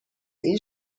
این